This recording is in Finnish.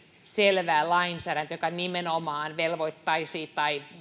selvää lainsäädäntöä joka nimenomaan velvoittaisi